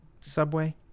Subway